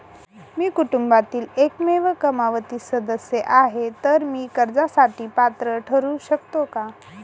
मी कुटुंबातील एकमेव कमावती सदस्य आहे, तर मी कर्जासाठी पात्र ठरु शकतो का?